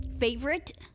favorite